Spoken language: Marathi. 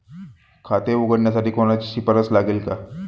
खाते उघडण्यासाठी कोणाची शिफारस लागेल का?